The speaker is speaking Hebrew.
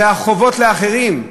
וזה החובות לאחרים.